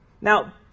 Now